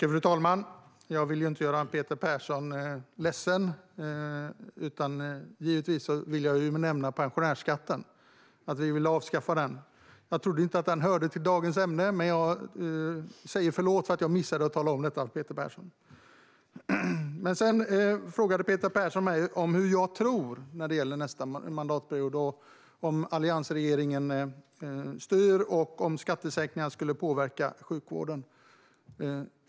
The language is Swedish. Fru talman! Jag vill inte göra Peter Persson ledsen och nämner givetvis att vi vill avskaffa pensionärsskatten. Jag trodde inte att den hörde till dagens ämne. Förlåt att jag missade att tala om det, Peter Persson. Peter Persson frågade mig vad jag tror kommer att hända nästa mandatperiod om alliansregeringen styr och om skattesänkningar kommer att påverka sjukvården.